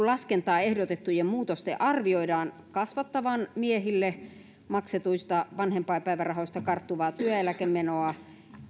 laskentaan ehdotettujen muutosten arvioidaan kasvattavan miehille maksetuista vanhempainpäivärahoista karttuvaa työeläkemenoa